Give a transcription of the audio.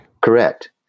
Correct